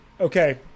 Okay